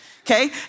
okay